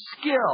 skill